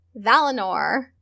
Valinor